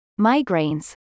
migraines